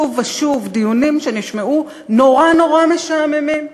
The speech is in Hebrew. שוב ושוב, דיונים שנשמעו נורא נורא משעממים,